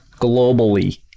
globally